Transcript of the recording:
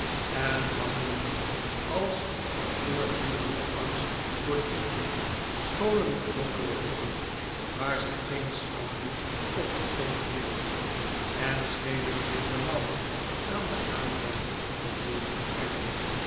en waggelend als van voortdurenden angst voor dieven scholen in donkere hoeken waar zij geen schaduw op den grond wierpen en schenen zich benauwd aan de aandacht te willen onttrekken